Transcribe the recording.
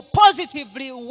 positively